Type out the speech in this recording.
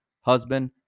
husband